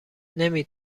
نمی